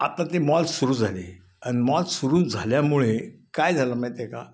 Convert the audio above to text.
आता ते मॉल सुरू झाले आणि मॉल सुरू झाल्यामुळे काय झालं माहीत आहे का